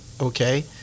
okay